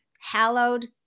Hallowed